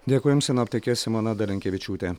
dėkui jums sinoptikė simona dalinkevičiūtė